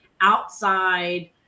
outside